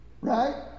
right